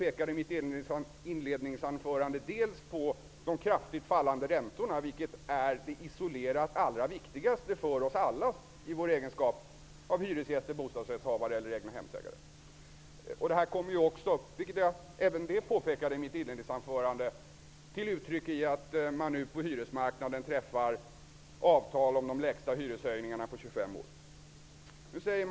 I mitt inledningsanförande pekade jag på de kraftigt fallande räntorna, vilket isolerat är det allra viktigaste för oss alla i vår egenskap av hyresgäster, bostadrättshavare eller egnahemsägare. Detta kommer till uttryck i -- vilket jag också påpekade i mitt inledningsanförande -- att man nu på hyresmarknaden träffar avtal om de lägsta hyreshöjningarna på 25 år.